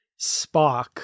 Spock